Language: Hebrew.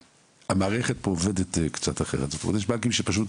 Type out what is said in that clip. המערכת פה עובדת קצת אחרת, יש בנקים שפשוט